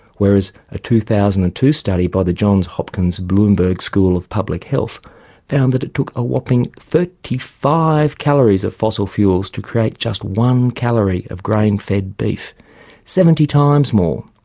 whereas a two thousand and ah two study by the johns hopkins bloomberg school of public health found that it took a whopping thirty five calories of fossil fuels to create just one calorie of grain fed beef seventy times more.